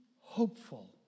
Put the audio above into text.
hopeful